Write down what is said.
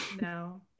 No